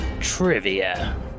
trivia